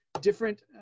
different